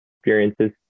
experiences